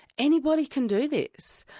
anybody can do this.